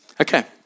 Okay